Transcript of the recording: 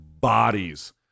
bodies